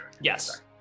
Yes